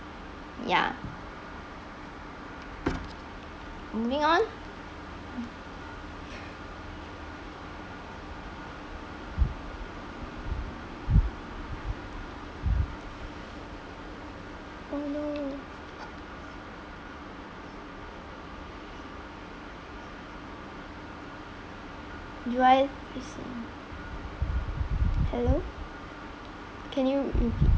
ya moving on oh no do I miss it hello can you repeat